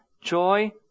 joy